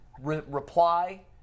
reply